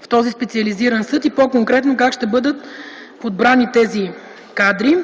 в този специализиран съд, и по-конкретно как ще бъдат подбрани тези кадри.